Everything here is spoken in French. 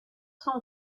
sont